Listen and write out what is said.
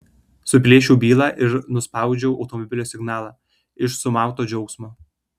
suplėšiau bylą ir nuspaudžiau automobilio signalą iš sumauto džiaugsmo